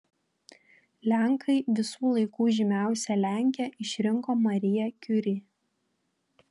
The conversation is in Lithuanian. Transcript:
lenkai visų laikų žymiausia lenke išrinko mariją kiuri